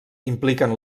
impliquen